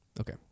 okay